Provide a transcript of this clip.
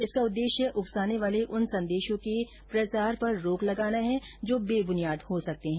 इसका उद्देश्य उकसाने वाले उन संदेशों के प्रसार पर रोक लगाना है जो बेबुनियाद हो सकते है